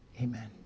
Amen